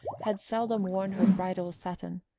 had seldom worn her bridal satin,